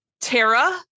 tara